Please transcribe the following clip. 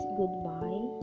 goodbye